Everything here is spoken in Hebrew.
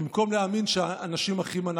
במקום להאמין שאנשים אחים אנחנו.